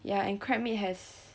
ya and crab meat has